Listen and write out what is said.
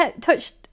touched